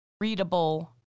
readable